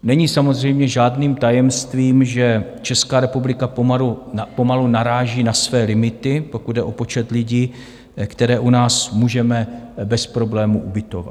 Není samozřejmě žádným tajemstvím, že Česká republika pomalu naráží na své limity, pokud jde o počet lidí, které u nás můžeme bez problémů ubytovat.